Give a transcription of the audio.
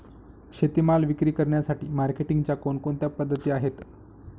शेतीमाल विक्री करण्यासाठी मार्केटिंगच्या कोणकोणत्या पद्धती आहेत?